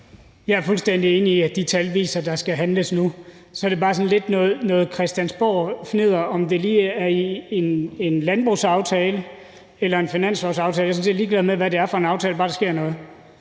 Jeg er fuldstændig enig i, at de tal viser, at der skal handles nu. Så er det bare sådan lidt noget christiansborgfnidder, om det lige er i en landbrugsaftale eller i en finanslovsaftale. Jeg er sådan set ligeglad med, hvad det er for en aftale, bare der sker noget.